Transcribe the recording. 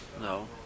no